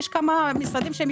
יש כמה משרדים שמשתמשים.